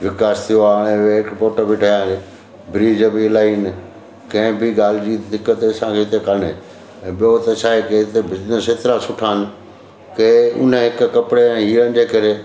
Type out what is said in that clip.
विकास थियो आ हाणे एयरपॉट बि ठाहिनि ब्रीज बि इलाही आहिनि कंहिं बि ॻाल्हि जी दिक़त असांजे हिते कोन्हे ऐं ॿियो हिते छा आहे की हिते बिज़नस हेतिरा सुठा आहिनि के उन हिकु कपिड़े जे हीरनि जे करे